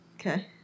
Okay